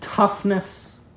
Toughness